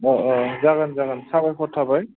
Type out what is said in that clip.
जागोन जागोन साबायखर थाबाय